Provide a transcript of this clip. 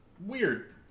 weird